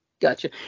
Gotcha